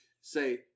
Say